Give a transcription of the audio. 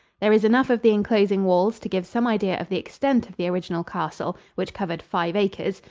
there is enough of the enclosing walls to give some idea of the extent of the original castle, which covered five acres,